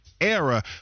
era